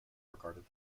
regarded